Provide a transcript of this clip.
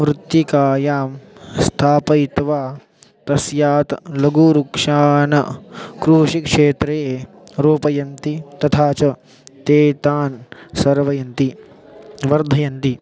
वृत्तिकायां स्थापयित्वा तस्मात् लघुरुक्षान् कृषिक्षेत्रे रोपयन्ति तथा च ते तान् सर्वयन्ति वर्धयन्ति